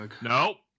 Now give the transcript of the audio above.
No